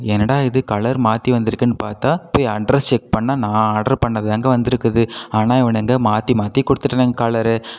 என்னடா இது கலர் மாற்றி வந்துருக்குன்னு பார்த்தா போய் அட்ரஸ் செக் பண்ணால் நான் ஆர்டர் பண்ணது தாங்க வந்துருக்குது ஆனால் இவனுங்க மாற்றி மாற்றி கொடுத்துட்டனங் கலரு